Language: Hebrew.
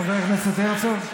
חבר הכנסת הרצוג?